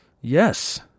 Yes